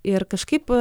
ir kažkaip